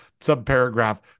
subparagraph